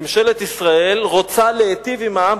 ממשלת ישראל רוצה להיטיב עם העם,